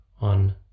on